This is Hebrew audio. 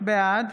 בעד